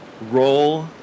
Roll